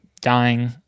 dying